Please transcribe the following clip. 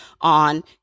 on